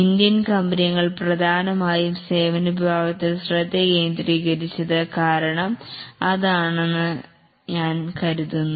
Indian കമ്പനികൾ പ്രധാനമായും സേവന വിഭാഗത്തിൽ ശ്രദ്ധകേന്ദ്രീകരിച്ചത് കാരണം അതാണ് എന്ന് ഞാൻ കരുതുന്നു